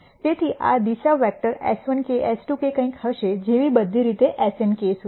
તેથી આ દિશા વેક્ટર s1k s2 k કંઈક હશે જેવી બધી રીતે snk સુધી